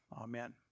Amen